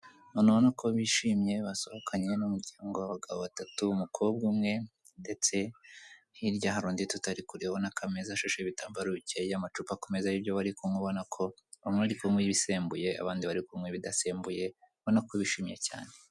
Abanu ubona ko bishimye, basohokanye ni umujyango wa abagabo batatu, umukobwa umwe ndetse hirya hari undi tutari kureba, ameza ashasheho ibitambaro bikeye amacupa kumeza y'ibyo barikunywa ubona ko umwe arikunywa ibisembuye abandi barikunywa ibidasembuye, urabona ko bishimye cyane.